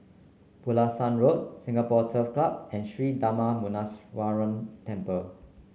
Pulasan Road Singapore Turf Club and Sri Darma Muneeswaran Temple